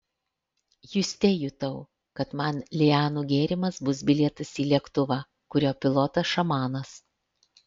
juste jutau kad man lianų gėrimas bus bilietas į lėktuvą kurio pilotas šamanas